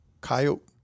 coyote